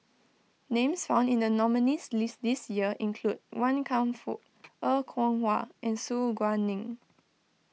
names found in the nominees' list this year include Wan Kam Fook Er Kwong Wah and Su Guaning